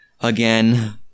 again